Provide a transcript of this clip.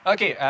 Okay